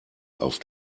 auf